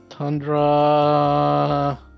Tundra